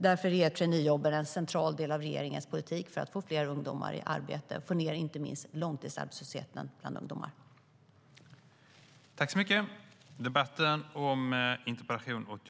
Därför är traineejobben en central del av regeringens politik för att få fler ungdomar i arbete och få ned inte minst långtidsarbetslösheten bland ungdomar.